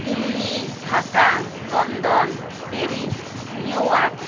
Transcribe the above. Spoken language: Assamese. Delhi Dhaka London Paris New York